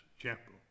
chapel